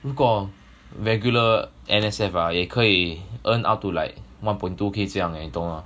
如果 regular N_S_F ah 也可以 earn up to like one point two K 这样 leh 懂 mah